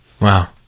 Wow